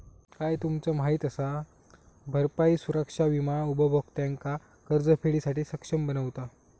काय तुमचा माहित असा? भरपाई सुरक्षा विमा उपभोक्त्यांका कर्जफेडीसाठी सक्षम बनवता